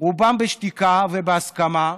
רובם בשקיקה ובהסכמה,